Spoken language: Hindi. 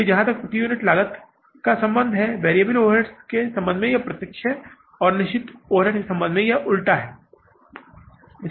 इसलिए जहां तक प्रति यूनिट लागत का संबंध है यह वेरिएबल ओवरहेड्स के संबंध में प्रत्यक्ष है और यह निश्चित ओवरहेड्स के संबंध में उलटा है